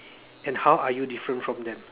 and how are you different from them